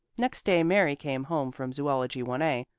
next day mary came home from zoology one a,